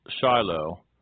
Shiloh